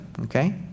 okay